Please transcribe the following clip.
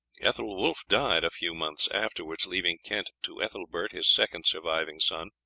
ethelwulf died a few months afterwards, leaving kent to ethelbert, his second surviving son.